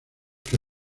que